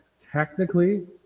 technically